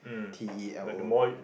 T E L O